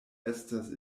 estas